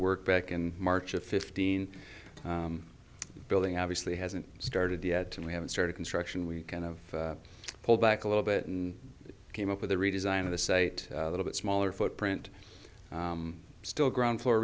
work back in march of fifteen building obviously hasn't started yet and we haven't started construction we kind of pulled back a little bit and came up with a redesign of the site little bit smaller footprint still ground floor